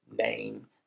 name